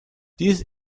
dies